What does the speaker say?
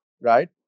right